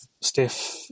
stiff